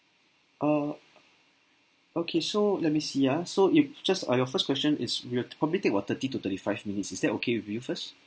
uh okay so let me see ah so it just uh your first question is we will probably take about thirty to thirty five minutes is that okay with you first